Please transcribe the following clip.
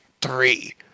three